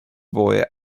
boy